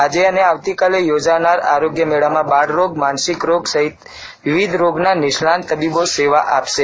આજે અને આવતીકાલે યોજાનાર આરોગ્ય મેળામાં બાળરોગ માનસીક રોગ સહિત વિવિધ રોગના નિષ્ણાંત તબીબો સેવા આપશે